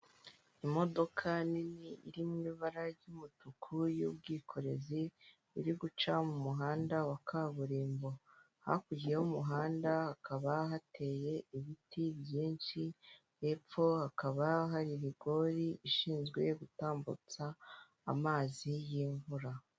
Imodoka nini iri mu ibara ry'umutuku y'ubwikorezi iri guca mu muhanda wa kaburimbo, hakurya y'umuhanda hakaba hateye ibiti byinshi, hepfo hakaba hari rigori ishinzwe gutambutsa amazi y'imvura.